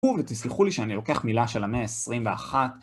ותסלחו לי שאני לוקח מילה של המאה ה-21.